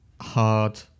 hard